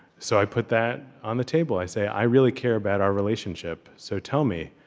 so i put that on the table. i say, i really care about our relationship, so tell me,